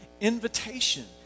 Invitation